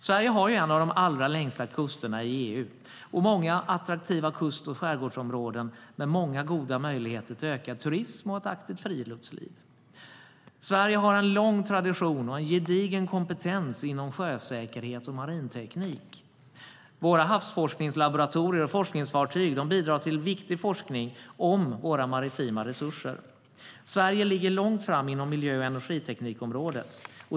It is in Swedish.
Sverige har en av de allra längsta kusterna i EU och många attraktiva kust och skärgårdsområden med många goda möjligheter till ökad turism och ett aktivt friluftsliv. Sverige har en lång tradition och en gedigen kompetens inom sjösäkerhet och marinteknik. Våra havsforskningslaboratorier och forskningsfartyg bidrar till viktig forskning om våra maritima resurser. Sverige ligger långt fram inom miljö och energiteknikområdet.